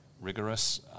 rigorous